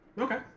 Okay